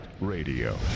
Radio